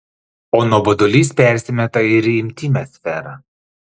o nuobodulys persimeta ir į intymią sferą